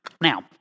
Now